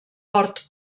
port